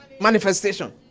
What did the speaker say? manifestation